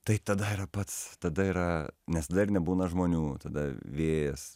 tai tada yra pats tada yra nes dar nebūna žmonių tada vėjas